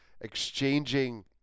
exchanging